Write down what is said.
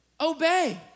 obey